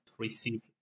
receive